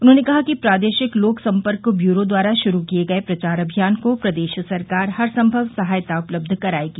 उन्होंने कहा कि प्रादेशिक लोक सम्पर्क ब्यूरो द्वारा शुरू किये गये प्रचार अभियान को प्रदेश सरकार हर संभव सहायता उपलब्ध करायेगी